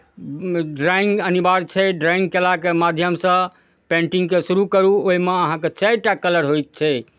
drawing अनिवार्य छै drawing कयलाके माध्यमसँ पेन्टिंगके शुरू करू ओहिमे अहाँकेँ चारि टा कलर होइ छै